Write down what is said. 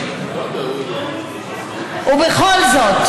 ובכל זאת,